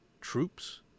troops